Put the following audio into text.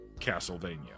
castlevania